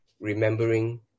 Remembering